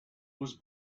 was